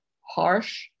harsh